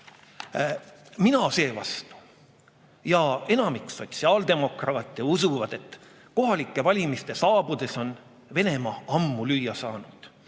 seevastu ja enamik sotsiaaldemokraate usume, et kohalike valimiste saabudes on Venemaa ammu lüüa saanud